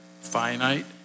finite